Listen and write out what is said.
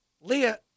Leah